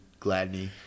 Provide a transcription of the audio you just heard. Gladney